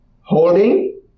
holding